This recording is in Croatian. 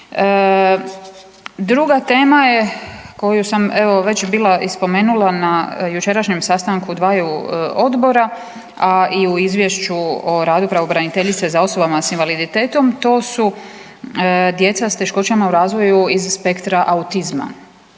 Druga tema je koju sam evo već bila i spomenula na jučerašnjem sastanku dvaju odbora, a i u Izvješću o radu pravobraniteljice za osobe s invaliditetom to su djeca s teškoćama u razvoju iz spektra autizma.